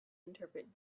interpret